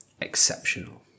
exceptional